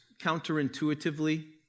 counterintuitively